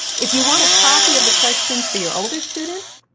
if you want a copy of the questions for your older students,